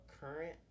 current